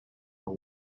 are